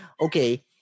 okay